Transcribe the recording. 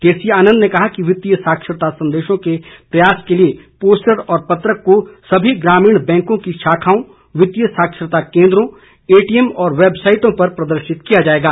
केसी आनंद ने कहा कि वित्तीय साक्षरता संदेशों के प्रसार के लिए पोस्टर व पत्रक को सभी ग्रामीण बैंकों की शाखाओं वित्तीय साक्षरता केन्द्रों एटीएम और वैबसाइटों पर प्रदर्शित किया जाएगा